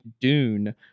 Dune